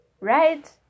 right